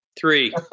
Three